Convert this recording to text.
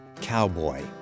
Cowboy